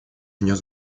внес